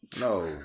no